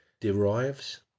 Derives